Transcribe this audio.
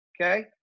okay